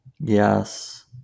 yes